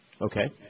Okay